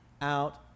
out